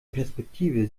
perspektive